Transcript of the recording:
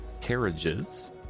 carriages